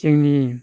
जोंनि